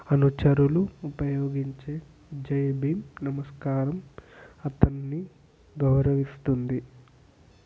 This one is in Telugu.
అనుచరులు ఉపయోగించే జై భీమ్ నమస్కారం అతన్ని గౌరవిస్తుంది